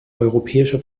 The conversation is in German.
europäische